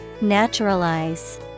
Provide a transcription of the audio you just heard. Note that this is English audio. Naturalize